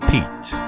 Pete